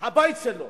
הבית שלו.